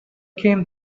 came